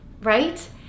right